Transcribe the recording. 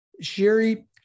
Sherry